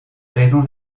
raisons